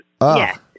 Yes